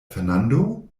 fernando